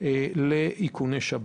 לאיכוני השב"כ.